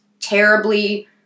terribly